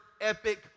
epic